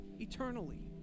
eternally